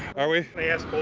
are we? may